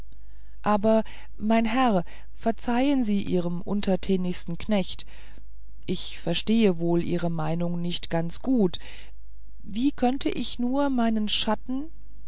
aber mein herr verzeihen sie ihrem untertänigsten knecht ich verstehe wohl ihre meinung nicht ganz gut wie könnt ich nur meinen schatten